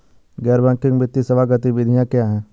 गैर बैंकिंग वित्तीय सेवा गतिविधियाँ क्या हैं?